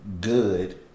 good